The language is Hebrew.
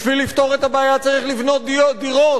בשביל לפתור את הבעיה צריך לבנות דירות,